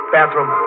Bathroom